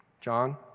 John